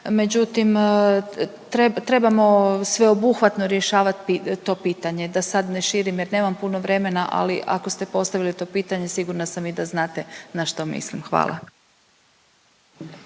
Međutim trebamo sveobuhvatno rješavat to pitanje, da sad ne širim jer nema puno vremena, ali ako ste postavili to pitanje sigurna sam i da znate na što mislim, hvala.